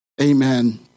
amen